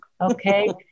Okay